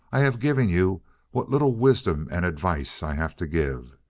i have given you what little wisdom and advice i have to give.